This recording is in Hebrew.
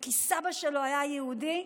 כי סבא שלו היה יהודי,